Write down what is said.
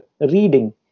reading